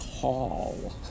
call